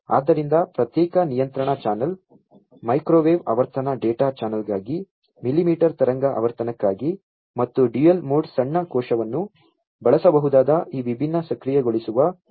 ಆದ್ದರಿಂದ ಪ್ರತ್ಯೇಕ ನಿಯಂತ್ರಣ ಚಾನೆಲ್ ಮೈಕ್ರೋವೇವ್ ಆವರ್ತನ ಡೇಟಾ ಚಾನಲ್ಗಾಗಿ ಮಿಲಿಮೀಟರ್ ತರಂಗ ಆವರ್ತನಕ್ಕಾಗಿ ಮತ್ತು ಡ್ಯುಯಲ್ ಮೋಡ್ ಸಣ್ಣ ಕೋಶವನ್ನು ಬಳಸಬಹುದಾದ ಈ ವಿಭಿನ್ನ ಸಕ್ರಿಯಗೊಳಿಸುವ ವಿಧಾನಗಳ ಮೂಲಕ ಉಪಯೋಗಿಸಬಹುದು